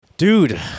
Dude